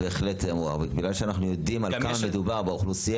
אנחנו יודעים על כמה מקרים מדובר באוכלוסייה,